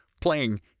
playing